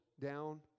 down